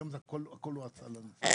היום הכול הואצל לנציב.